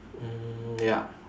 mm yup